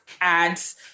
ads